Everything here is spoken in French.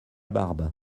barbe